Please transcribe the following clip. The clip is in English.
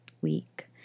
week